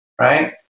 right